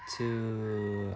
to